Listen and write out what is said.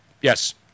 Yes